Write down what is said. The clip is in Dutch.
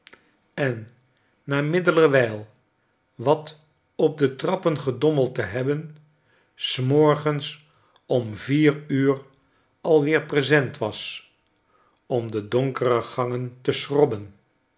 en na middelerwijl wat op de trappen gedommeld te hebben s morgens om vier uur alweer present was om de donkere gangen te schrobben